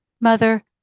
Mother